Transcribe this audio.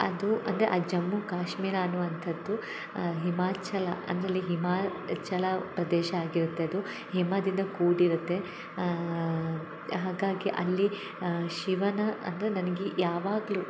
ಅದು ಅಂದರೆ ಆ ಜಮ್ಮು ಕಾಶ್ಮೀರ ಅನ್ನುವಂಥದ್ದು ಹಿಮಾಚಲ ಅಂದರೆ ಅಲ್ಲಿ ಹಿಮಾಚಲ ಪ್ರದೇಶ ಆಗಿರುತ್ತದು ಹಿಮದಿಂದ ಕೂಡಿರುತ್ತೆ ಹಾಗಾಗಿ ಅಲ್ಲಿ ಶಿವನ ಅಂದರೆ ನನಗೆ ಯಾವಾಗಲು